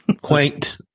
quaint